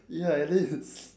ya it is